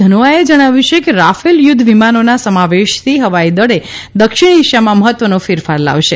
ધનોઆએ જણાવ્યું કે રાફેલ યુધ્ધ વિમાનોના સમાવેશથી ફવાઈદળે દક્ષિણ એશિયામકાં મહત્વનો ફેરફાર લાવશે